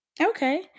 Okay